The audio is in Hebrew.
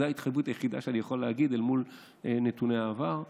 זו ההתחייבות היחידה שאני יכול לתת אל מול נתוני העבר.